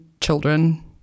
children